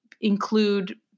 include